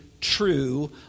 true